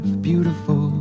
beautiful